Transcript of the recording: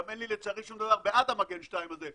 גם אין לי לצערי שום דבר בעד המגן 2 הזה,